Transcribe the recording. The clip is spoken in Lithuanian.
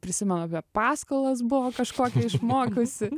prisimenu apie paskolas buvo kažkokią išmokusi